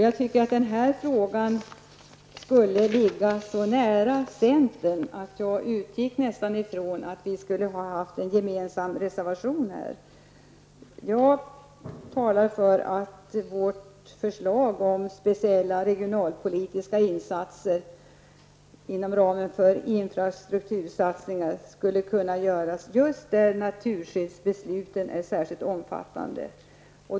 Jag trodde att den här frågan skulle ligga så nära centern att jag nästan utgick från att vi skulle ha en gemensam reservation på denna punkt. Jag talar för att speciella regionalpolitiska insatser inom ramen för infrastruktursatsningarna skall göras just där naturskyddsbesluten är särskilt omfattande.